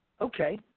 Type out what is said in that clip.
Okay